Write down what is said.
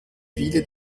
viele